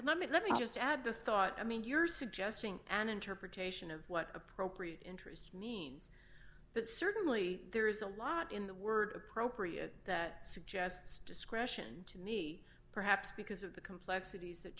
this thought i mean you're suggesting an interpretation of what appropriate interest means but certainly there is a lot in the word appropriate that suggests discretion to me perhaps because of the complexities that